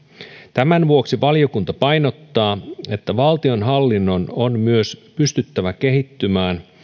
tämän vuoksi valiokunta painottaa että valtionhallinnon on myös pystyttävä kehittymään